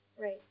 Right